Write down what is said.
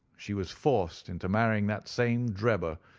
she was forced into marrying that same drebber,